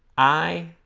i